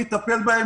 מי יטפל בהם?